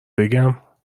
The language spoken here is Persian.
بگم